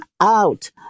out